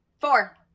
Four